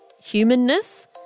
humanness